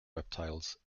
reptiles